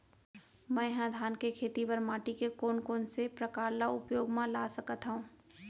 मै ह धान के खेती बर माटी के कोन कोन से प्रकार ला उपयोग मा ला सकत हव?